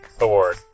Award